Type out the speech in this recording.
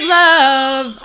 love